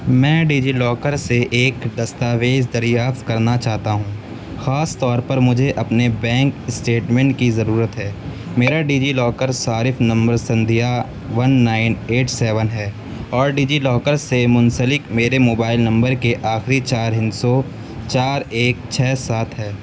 میں DigiLocker سے ایک دستاویز دریافت کرنا چاہتا ہوں خاص طور پر مجھے اپنے بینک اسٹیٹمنٹ کی ضرورت ہے میرا ڈیجی لاکر صارف نمبر Sandhya one nine eight seven ہے اور ڈیجی لاکر سے منسلک میرے موبائل نمبر کے آخری چار ہندسوں چار ایک چھ سات ہے